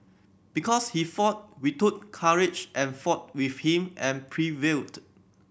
because he fought we took courage and fought with him and prevailed